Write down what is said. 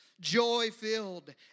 joy-filled